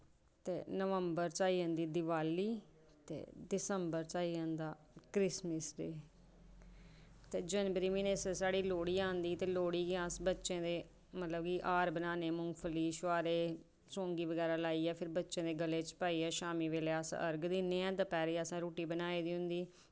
ते नवंबर च आई जंदी दिवाली ते दिसंबर च आई जंदा क्रिसमस डे ते जनवरी म्हीनै लोह्ड़ी आंदी ते अस लोह्ड़ी दे मतलब कि हार बनान्ने मुंगफली ते छुहारे ते फिर सौंगी लाइयै बच्चें दे गलै बिच पाइयै शामीं बेल्लै अस अर्घ दिन्ने आं ते दपैह्रीं असें रुट्टी बनाई दी होंदी